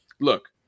look